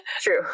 True